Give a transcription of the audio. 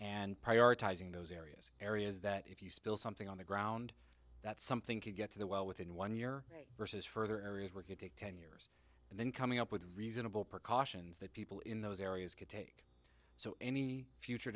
and prioritizing those areas areas that if you spill something on the ground that something could get to the well within one year versus further areas we're getting ten years and then coming up with reasonable precautions that people in those areas could take so any future